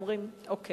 הם אומרים: טוב,